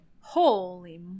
Holy